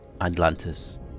Atlantis